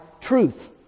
truth